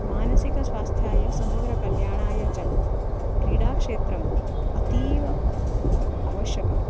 मानसिकस्वास्थ्याय समग्रकल्याणाय च क्रीडाक्षेत्रम् अतीव आवश्यकम्